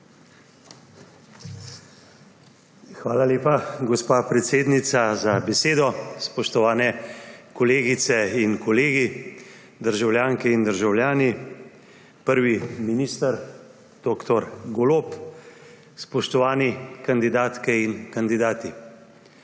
Hvala lepa, gospa predsednica, za besedo. Spoštovani kolegice in kolegi, državljanke in državljani, prvi minister dr. Golob, spoštovani kandidatke in kandidati!